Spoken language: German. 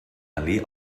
allee